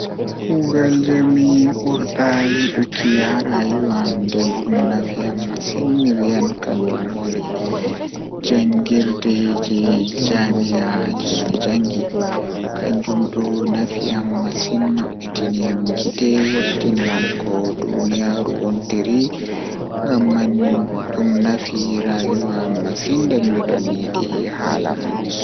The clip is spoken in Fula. Kuugal jei mi ɓurɗaa yiɗuki haa rayuwa am Event ɗiɗi ko mi waɗi fi goɗɗum ngam heɓi ndiyam, mi waɗi nder ɗum sabu o yiɗi ko fi. Ko waɗi faama sabu o waɗi jaangol e ɓe njogii no feewi, waɗde nder konngol ngal mi yiɗi waɗde